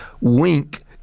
wink